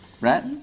Right